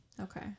okay